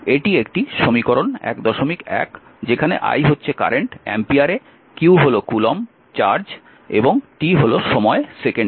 এটি একটি সমীকরণ 11 যেখানে i হচ্ছে কারেন্ট অ্যাম্পিয়ারে q হল কুলম্বে চার্জ এবং t হল সময় সেকেন্ডে